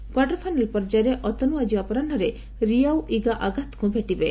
quarterfinal ପର୍ଯ୍ୟାୟରେ ଅତନୁ ଆଜି ଅପରାହୁରେ ରିଆଉ ଇଗା ଆଗାଥଙ୍କୁ ଭେଟିବେ